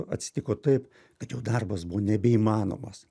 atsitiko taip kad jau darbas buvo nebeįmanomas